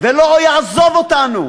ולא יעזוב אותנו.